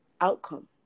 outcome